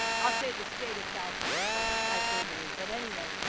i'll say the state of california for hyperbole. but anyway,